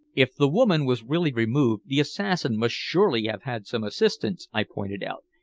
if the woman was really removed the assassin must surely have had some assistance, i pointed out.